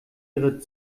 ihre